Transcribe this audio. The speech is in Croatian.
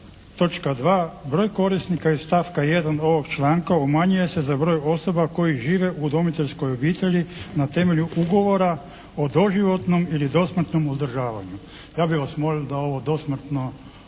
točka 2.: "Broj korisnika iz stavka 1. ovog članka umanjuje se za broj osoba koje žive u udomiteljskoj obitelji na temelju ugovora o doživotnom ili dosmrtnom uzdržavanju.". Ja bih vas molio da ovo dosmrtno, da